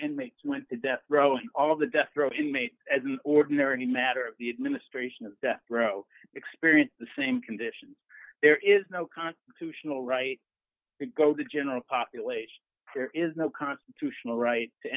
inmates went to death row in all of the death row inmate as an ordinary matter of the administration of death row experience the same conditions there is no constitutional right to go to general population there is no constitutional right to